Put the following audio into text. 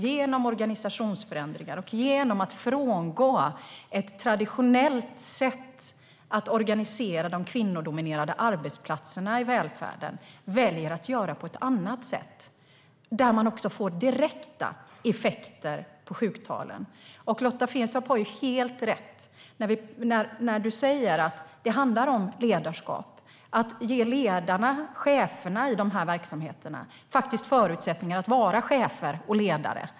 Genom organisationsförändringar och genom att frångå ett traditionellt sätt att organisera de kvinnodominerade arbetsplatserna i välfärden får man direkta effekter på sjuktalen. Lotta Finstorp har helt rätt när hon säger att det handlar om ledarskap, om att ge ledarna och cheferna i de här verksamheterna förutsättningar att vara chefer och ledare.